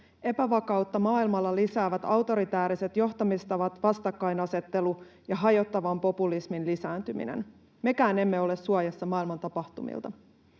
Epävakautta maailmalla lisäävät autoritääriset johtamistavat, vastakkainasettelu ja hajottavan populismin lisääntyminen. Mekään emme ole suojassa maailman tapahtumilta.